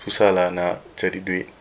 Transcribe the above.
susah lah nak cari duit